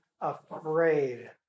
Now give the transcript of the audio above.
afraid